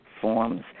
forms